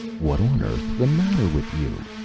what on earth's the matter with you?